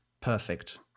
Perfect